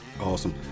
Awesome